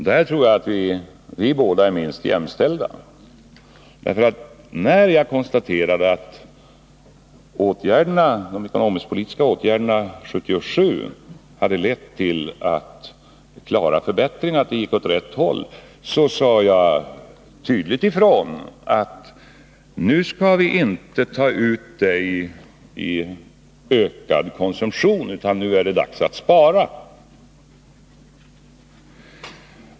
Där tror jag att vi båda, Olof Palme och jag, är jämställda, därför att när jag konstaterade att de ekonomisk-politiska åtgärderna 1977 hade lett till klara förbättringar, till att utvecklingen gick åt rätt håll, sade jag tydligt ifrån: Nu skall vi inte ta ut detta i ökad konsumtion, utan nu är det dags att spara.